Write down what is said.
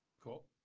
Cool